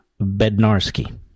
Bednarski